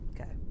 Okay